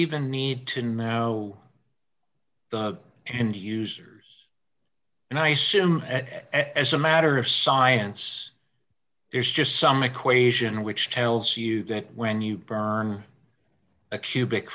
even need to know how the end users and i soon as a matter of science there's just some equation which tells you that when you burn a cubic